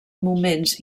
moments